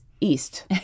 east